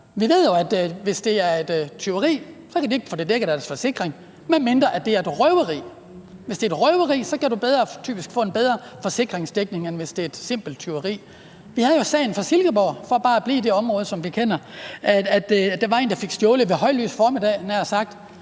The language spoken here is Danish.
Vi ved jo, at hvis det er et tyveri, kan de ikke få det dækket af deres forsikring, medmindre det er et røveri. Hvis det er et røveri, kan du typisk få en bedre forsikringsdækning, end hvis det er et simpelt tyveri. Vi havde jo sagen fra Silkeborg, bare for at blive i det område, som vi kender, hvor der var en, der blev bestjålet ved højlys dag for over